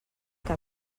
que